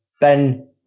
Ben